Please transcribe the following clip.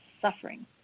suffering